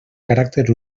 caràcter